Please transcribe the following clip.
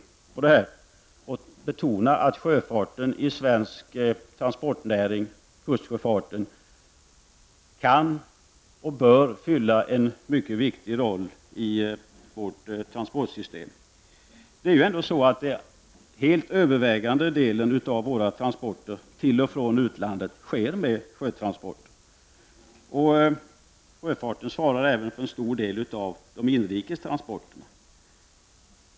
Utskottet har betonat att kustsjöfarten inom svensk transportnäring kan och bör fylla en mycket viktig roll i vårt transportsystem. Den helt övervägande delen av våra transporter till och från utlandet sker på sjön. Sjöfarten svarar också för en stor del av inrikestransporterna.